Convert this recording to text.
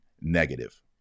Negative